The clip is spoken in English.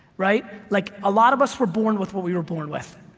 right? like a lot of us were born with what we were born with,